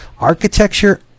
Architecture